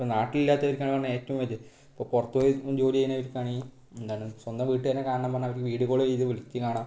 ഇപ്പോൾ നാട്ടില് ഇല്ലാത്തവര്ക്കാണ് പറഞ്ഞാൽ ഏറ്റവും ഇത് അപ്പോൾ പുറത്ത് പോയി നിന്ന് ജോലി ചെയ്യുന്നവര്ക്കാണെങ്കിൽ എന്താണ് സ്വന്തം വീട്ടുകാരെ കാണണം പറഞ്ഞാൽ അവര് വീഡിയോ കോള് ചെയ്ത് വിളിച്ചു കാണാം